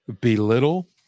belittle